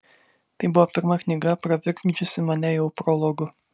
tai buvo pirma knyga pravirkdžiusi mane jau prologu